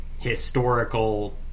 historical